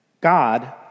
God